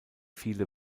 viele